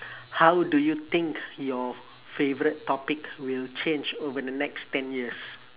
how do you think your favourite topic will change over the next ten years